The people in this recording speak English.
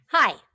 Hi